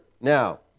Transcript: Now